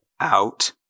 out